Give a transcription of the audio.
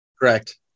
correct